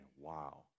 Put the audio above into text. wow